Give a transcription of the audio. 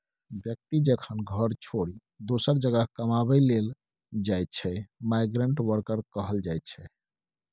बेकती जखन घर छोरि दोसर जगह कमाबै लेल जाइ छै माइग्रेंट बर्कर कहल जाइ छै